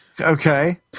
Okay